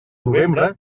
novembre